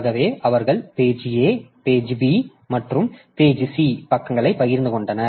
ஆகவே அவர்கள் page A page B மற்றும் பேஜ் C பக்கங்களைப் பகிர்ந்துகொண்டனர்